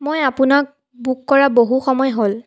মই আপোনাক বুক কৰা বহু সময় হ'ল